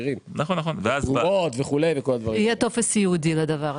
מכירים -- יהיה טופס ייעודי לדבר הזה.